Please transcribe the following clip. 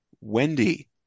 Wendy